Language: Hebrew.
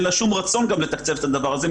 אין לה שום רצון לתקצב את הדבר הזה,